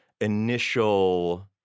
initial